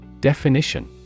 Definition